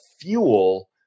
fuel